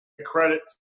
credit